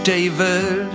David